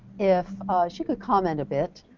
if she could comment a bit.